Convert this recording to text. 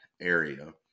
area